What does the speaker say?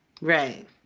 Right